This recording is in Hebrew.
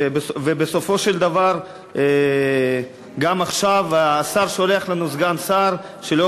בסופו של דבר גם עכשיו השר שולח לנו סגן שר שלא